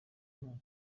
ntacyo